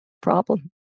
problem